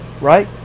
Right